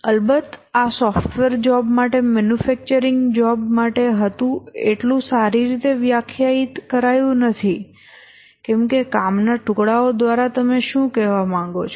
અલબત્ત આ software job માટે મેન્યુફેક્ચરિંગ જોબ માટે હતું એટલું સારી રીતે વ્યાખ્યાયિત કરાયું નથી કે કામના ટુકડાઓ દ્વારા તમે શું કહેવા માંગો છો